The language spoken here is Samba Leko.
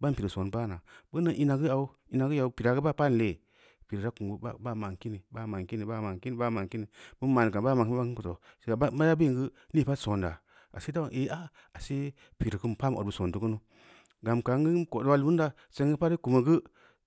Ba’am piiri spn ba’a məa bə nəŋ ina’a ga aʊ ina’a ga ye ‘o’ piira’a gə ba’a pa’an piin dəʊ kum ga baa ba’a ma’an kini-ba’a ma’an kini ban ma’an ka’an gə ba’a kan gə toh ma’an ka’an ga ba’a kən ga toh ya’a ba’an ban gə ni’i paat sona ashe da’a ba’an ‘a’ ei ashe piiri kən pa’an ‘o’ ba’ son tə kunu’ugam ka’an gə an kaot wə an da’a sem gə pa’at i’i kumi gə